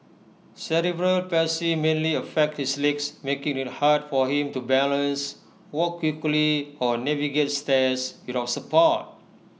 cerebral palsy mainly affects his legs making IT hard for him to balance walk quickly or navigate stairs without support